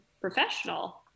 professional